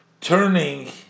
turning